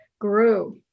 grew